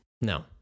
No